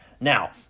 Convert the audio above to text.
Now